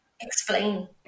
explain